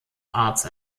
arts